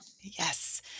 Yes